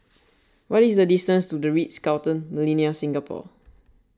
what is the distance to the Ritz Carlton Millenia Singapore